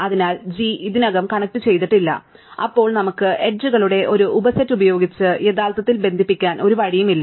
അതിനാൽ g ഇതിനകം കണക്റ്റുചെയ്തിട്ടില്ല അപ്പോൾ നമുക്ക് എഡ്ജുകളുടെ ഒരു ഉപ സെറ്റ് ഉപയോഗിച്ച് യഥാർത്ഥത്തിൽ ബന്ധിപ്പിക്കാൻ ഒരു വഴിയുമില്ല